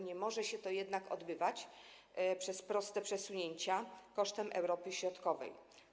Nie może się to jednak odbywać przez proste przesunięcia kosztem Europy Środkowej.